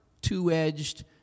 two-edged